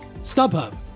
StubHub